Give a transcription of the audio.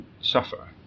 suffer